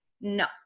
no